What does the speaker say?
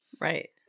right